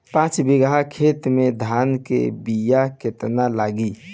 पाँच बिगहा खेत में धान के बिया केतना लागी?